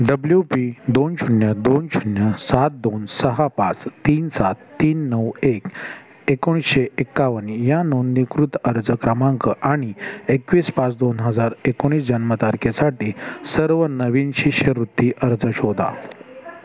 W P दोन शून्य दोन शून्य सात दोन सहा पाच तीन सात तीन नऊ एक एकोणीसशे एक्कावन्न या नोंदणीकृत अर्ज क्रमांक आणि एकवीस पाच दोन हजार एकोणीस जन्मतारखेसाठी सर्व नवीन शिष्यवृत्ती अर्ज शोधा